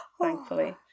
thankfully